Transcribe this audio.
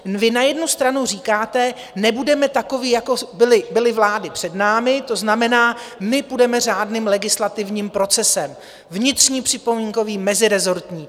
Vy na jednu stranu říkáte: Nebudeme takoví, jako byly vlády před námi, to znamená, půjdeme řádným legislativním procesem, vnitřní připomínkové, mezirezortní.